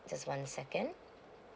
just one second